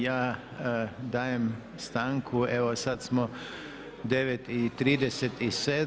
Ja dajem stanku, evo sad smo 9,37.